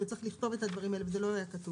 וצריך לכתוב את הדברים האלה כי זה לא היה כתוב,